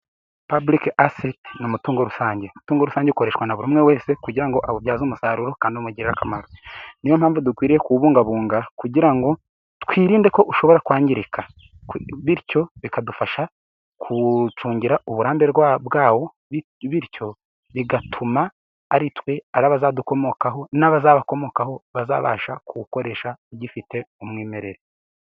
Public assets ni umutungo rusange. Umutungo rusange ukoreshwa na buri umwe wese kugira ngo awubyaze umusaruro kandi umugirire akamaro. Niyo mpamvu dukwiriye kubungabunga kugira ngo twirinde ko ushobora kwangirika. Bityo bikadufasha kuwucungira uburambe bwawo, bityo bigatuma ari twe, ari n'abazadukomokaho n'abazabakomokaho bazabashe kuwukoresha ugifite umwimerere.